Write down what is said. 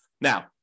Now